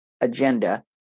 agenda